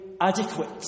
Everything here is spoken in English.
adequate